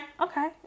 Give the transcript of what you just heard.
Okay